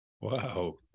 Wow